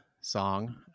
song